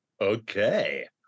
okay